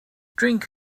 drink